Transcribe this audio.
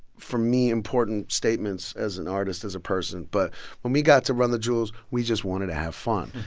for me, important statements as an artist, as a person. but when we got to run the jewels, we just wanted to have fun